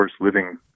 living